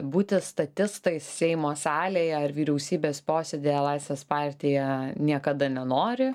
būti statistais seimo salėje ar vyriausybės posėdyje laisvės partija niekada nenori